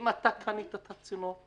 תברר אם אתה קנית את הצינור,